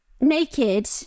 Naked